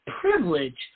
privilege